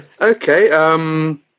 Okay